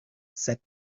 said